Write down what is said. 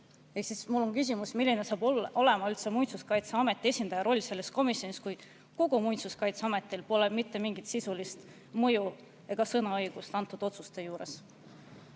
Ehk siis mul on küsimus, milline saab üldse olema Muinsuskaitseameti esindaja roll selles komisjonis, kui kogu Muinsuskaitseametil pole mitte mingit sisulist mõju ega sõnaõigust nende otsuste juures. Nagu